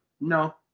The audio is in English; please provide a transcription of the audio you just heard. No